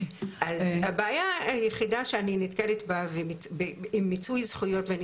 אז הבעיה היחידה שאני נתקלת בה עם מיצוי זכויות ואני